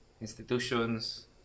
institutions